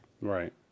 Right